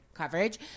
coverage